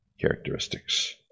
characteristics